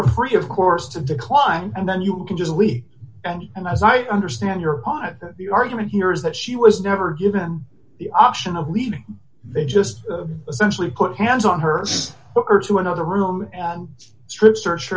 're free of course to decline and then you can just leave and and as i understand your pov the argument here is that she was never given the option of leaving they just essentially put hands on her or to another room and strip search